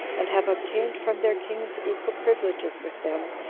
and have obtained from their kings equal privileges with them,